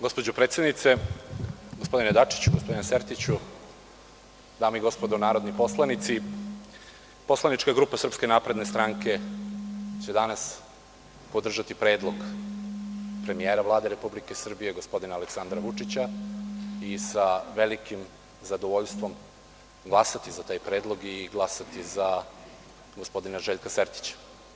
Gospođo predsednice, gospodine Dačiću, gospodine Sertiću, dame i gospodo narodni poslanici, poslanička grupa SNS će danas podržati predlog premijera Vlade Republike Srbije, gospodina Aleksandra Vučića, i sa velikim zadovoljstvom glasati za taj predlog i glasati za gospodina Željka Sertića.